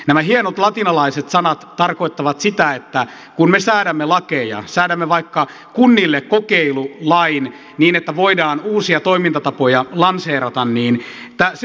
nämä hienot latinalaiset sanat tarkoittavat sitä että kun me säädämme lakeja säädämme vaikka kunnille kokeilulain niin että voidaan uusia toimintatapoja lanseerata niin se on sitä oikeuden voluntasta